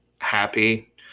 happy